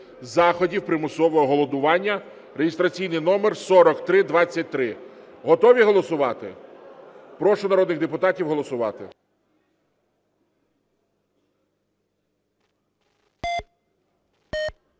заходів примусового годування (реєстраційний номер 4323). Готові голосувати? Прошу народних депутатів голосувати.